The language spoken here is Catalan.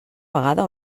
vegada